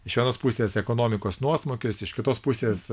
iš vienos pusės ekonomikos nuosmukius iš kitos pusės